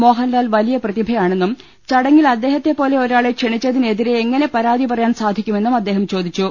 മോഹൻലാൽ വലിയ പ്രതിഭയാണെന്നും ചടങ്ങിൽ അദ്ദേഹത്തെ പോലെ ഒരാളെ ക്ഷണിച്ചതിനെതിരെ എങ്ങനെ പരാതി പറയാൻ സാധിക്കുമെന്നും അദ്ദേഹം ചോദിച്ചു